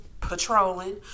patrolling